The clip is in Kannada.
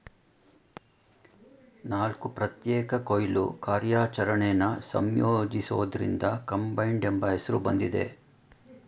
ನಾಲ್ಕು ಪ್ರತ್ಯೇಕ ಕೊಯ್ಲು ಕಾರ್ಯಾಚರಣೆನ ಸಂಯೋಜಿಸೋದ್ರಿಂದ ಕಂಬೈನ್ಡ್ ಎಂಬ ಹೆಸ್ರು ಬಂದಿದೆ